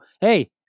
Hey